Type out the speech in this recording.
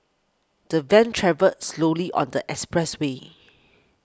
the van travelled slowly on the expressway